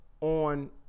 on